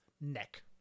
neck